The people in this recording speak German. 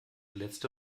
letzte